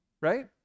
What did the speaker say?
right